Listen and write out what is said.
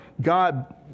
God